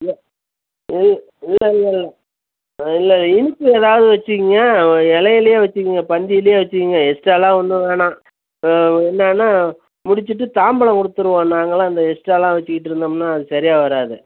இல்லை இ இல்லை இல்லை இல்லை இல்லை இனிப்பு ஏதாவது வெச்சுங்க எலையிலயே வெச்சுக்கிங்க பந்தியில் வெச்சுக்கிங்க எஸ்ட்டாலாம் ஒன்றும் வேணால் இல்லைன்னா முடிச்சுட்டு தாம்பலம் கொடுத்துருவோம் நாங்களாம் அந்த எஸ்ட்டாலாம் வெச்சுட்ருந்தோம்ன்னா அது சரியா வராது